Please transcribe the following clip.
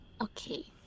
Okay